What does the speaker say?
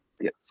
Yes